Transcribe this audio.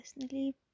personally